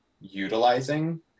utilizing